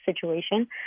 situation